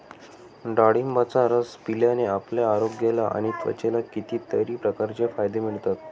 डाळिंबाचा रस पिल्याने आपल्या आरोग्याला आणि त्वचेला कितीतरी प्रकारचे फायदे मिळतात